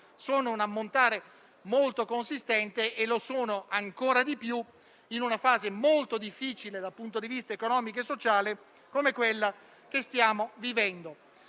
sono un ammontare molto consistente e lo sono ancora di più in una fase molto difficile dal punto di vista economico e sociale come quella che stiamo vivendo.